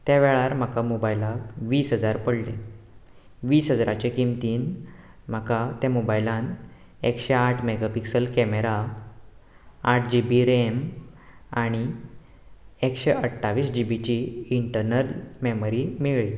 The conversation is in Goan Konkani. त्या वेळार म्हाका मोबायलाक वीस हजार पडले वीस हजराचे किमतीन म्हाका ते मोबायलांत एकशे आठ मेगा पिक्सेल कॅमरा आठ जी बी रेम आनी एकशे अठ्ठावीस जी बीची इंटर्नल मॅमरी मेळ्ळी